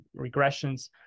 regressions